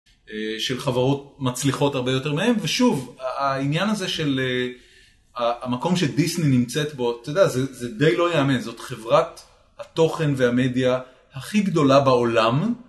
אה... של חברות מצליחות הרבה יותר מהם. ושוב, העניין הזה של אה... ה, המקום שדיסני נמצאת בו, אתה יודע, זה, זה די לא יאמן. זאת חברת התוכן והמדיה הכי גדולה בעולם.